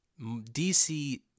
DC